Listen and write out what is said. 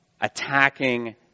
attacking